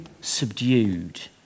subdued